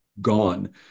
gone